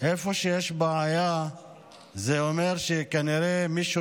איפה שיש בעיה זה אומר שכנראה מישהו